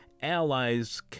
allies